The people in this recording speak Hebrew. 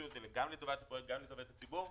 גם לטובת הפרויקט וגם לטובת הציבור,